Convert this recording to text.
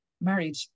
married